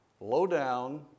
low-down